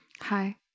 Hi